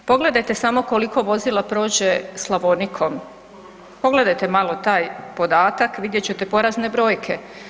Pogledajte samo koliko vozila prođe Slavonikom, pogledajte malo taj podatak, vidjet ćete porazne brojke.